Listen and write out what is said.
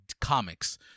comics